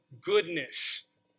goodness